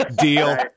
Deal